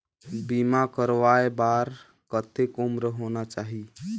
बीमा करवाय बार कतेक उम्र होना चाही?